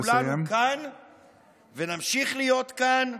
כולנו כאן ונמשיך להיות כאן.